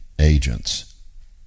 agents